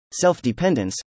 self-dependence